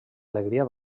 alegria